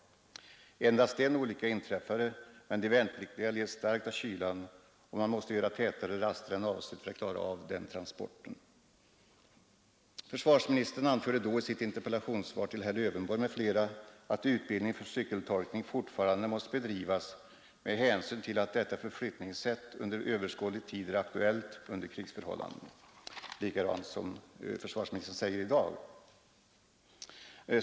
Endast en olycka inträffade, men de värnpliktiga led starkt av kylan och man måste göra tätare raster än avsett för att klara av transporten. Försvarsministern anförde i sitt interpellationssvar till herr Lövenborg m.fl. att utbildning för cykeltolkning fortfarande måste bedrivas med hänsyn till att detta förflyttningssätt under överskådlig tid är aktuellt under krigsförhållanden — och han säger detsamma i dag.